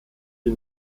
die